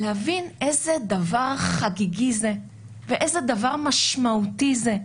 להבין איזה דבר חגיגי זה ואיזה דבר משמעותי זה,